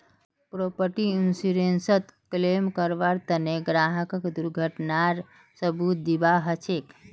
property इन्शुरन्सत claim करबार तने ग्राहकक दुर्घटनार सबूत दीबा ह छेक